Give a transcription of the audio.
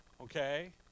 okay